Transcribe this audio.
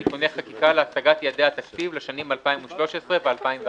(תיקוני חקיקה להשגת יעדי התקציב לשנים 2013 ו־2014)